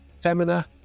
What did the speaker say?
Femina